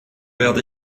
werde